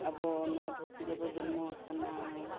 ᱟᱵᱚ ᱱᱚᱣᱟ ᱫᱷᱟᱹᱨᱛᱤ ᱨᱮᱵᱚ ᱡᱚᱱᱢᱚ ᱟᱠᱟᱱᱟ